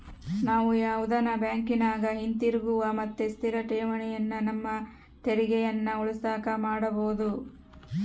ನಾವು ಯಾವುದನ ಬ್ಯಾಂಕಿನಗ ಹಿತಿರುಗುವ ಮತ್ತೆ ಸ್ಥಿರ ಠೇವಣಿಯನ್ನ ನಮ್ಮ ತೆರಿಗೆಯನ್ನ ಉಳಿಸಕ ಮಾಡಬೊದು